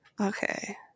okay